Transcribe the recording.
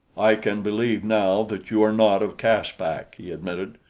i can believe now that you are not of caspak, he admitted,